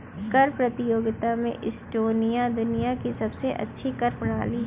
कर प्रतियोगिता में एस्टोनिया दुनिया की सबसे अच्छी कर प्रणाली है